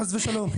חס ושלום,